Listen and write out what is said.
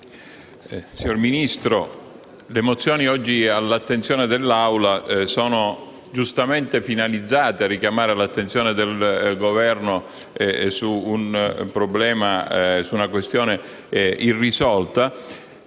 signor Ministro, le mozioni oggi all'attenzione dell'Aula sono giustamente finalizzate a richiamare l'attenzione del Governo su una questione irrisolta.